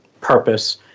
purpose